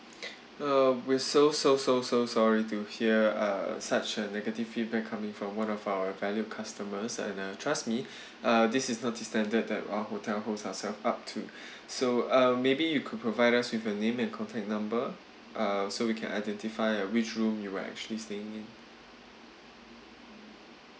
uh we're so so so so sorry to hear uh such a negative feedback coming from one of our valued customers and uh trust me uh this is not the standard that our hotel host are served up to so uh maybe you could provide us with your name and contact number uh so we can identify which room you were actually staying in